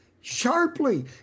sharply